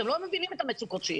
אתם לא מבינים את המצוקות שיש.